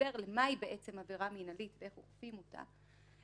ההסבר למה היא "עבירה מינהלית" ואיך אוכפים אותה.